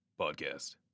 Podcast